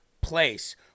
place